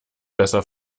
besser